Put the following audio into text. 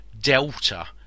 delta